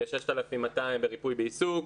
6,200 ברפוי בעיסוק.